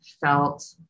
felt